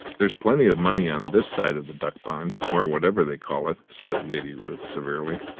there's plenty of money on this side of the duck pond, or whatever they call it, said lady ruth severely.